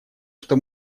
что